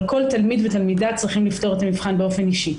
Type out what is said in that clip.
אבל כל תלמיד ותלמידה צריכים לפתור את המבחן באופן אישי.